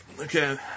Okay